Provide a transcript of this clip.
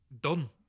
done